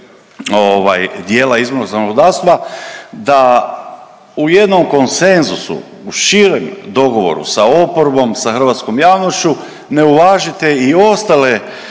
dijela izbornog zakonodavstva, da u jednom konsenzusu, u širem dogovoru sa oporbom, sa hrvatskom javnošću ne uvažite i ostale